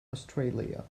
australia